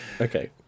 Okay